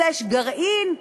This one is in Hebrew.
גרעין,